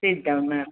sit down ma'am